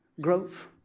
growth